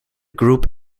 group